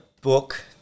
book